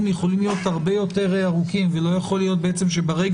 יכולים להיות הרבה יותר ארוכים ולא יכול להיות שברגע